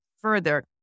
further